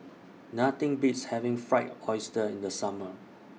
Nothing Beats having Fried Oyster in The Summer